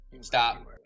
Stop